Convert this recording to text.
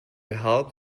help